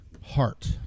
Heart